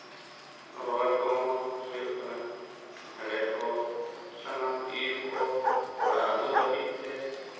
ᱨᱚᱦᱚᱭ ᱠᱚᱦᱚᱸ ᱦᱳᱭᱳᱜ ᱠᱟᱱᱟ ᱦᱮᱲᱦᱮᱫ ᱠᱚ ᱥᱟᱱᱟᱢ ᱤᱨ ᱠᱚ ᱚᱲᱟᱜ ᱟᱜᱩ ᱫᱷᱟ ᱵᱤᱡ ᱛᱮ